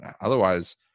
otherwise